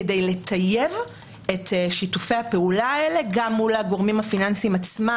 כדי לטייב את שיתופי הפעולה האלה גם מול הגורמים הפיננסיים עצמם.